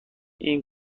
این